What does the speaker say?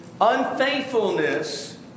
Unfaithfulness